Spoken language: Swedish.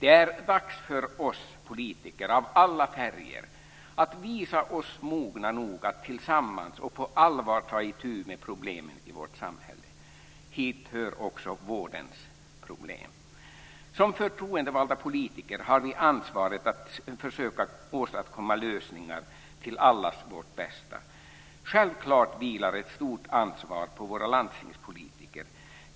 Det är dags för oss politiker av alla färger att visa oss mogna nog att tillsammans och på allvar ta itu med problemen i vårt samhälle. Hit hör också vårdens problem. Som förtroendevalda politiker har vi ansvaret att försöka åstadkomma lösningar till allas vårt bästa. Självklart vilar ett stort ansvar på våra landstingspolitiker.